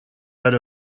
out